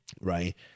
right